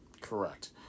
Correct